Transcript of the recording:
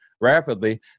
rapidly